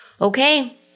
Okay